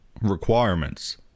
requirements